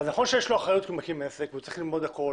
נכון שיש לו אחריות כי הוא מקים עסק והוא צריך ללמוד הכול,